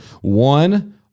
one